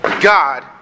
God